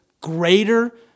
greater